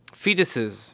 fetuses